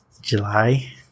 july